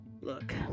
Look